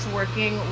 working